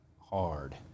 hard